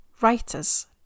writers